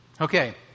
Okay